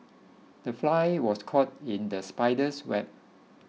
the fly was caught in the spider's web